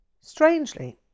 Strangely